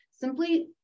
simply